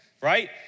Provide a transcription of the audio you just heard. Right